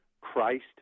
Christ